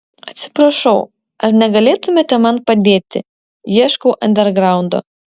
atsiprašau ar negalėtumėte man padėti ieškau andergraundo